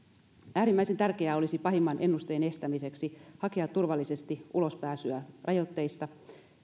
äärimmäisen tärkeää olisi pahimman ennusteen estämiseksi hakea turvallisesti ulospääsyä rajoitteista